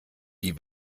die